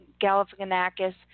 Galifianakis